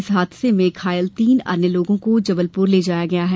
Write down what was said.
इस हादसे में घायल तीन अन्य लोगों को जबलपुर ले जाया गया है